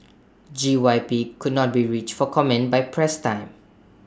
G Y P could not be reached for comment by press time